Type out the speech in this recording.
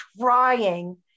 trying